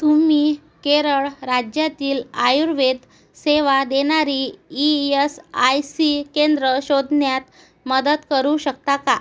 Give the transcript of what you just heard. तुम्ही केरळ राज्यातील आयुर्वेद सेवा देणारी ई यस आय सी केंद्रं शोधण्यात मदत करू शकता का